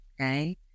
okay